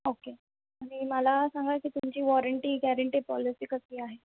okay आणि मला सांगा की तुमची वॉरंटी गॅरंटी पॉलिसी कसली आहे